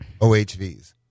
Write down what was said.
OHVs